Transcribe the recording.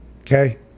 Okay